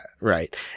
right